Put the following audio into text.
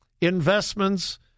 investments